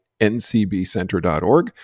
ncbcenter.org